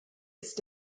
ist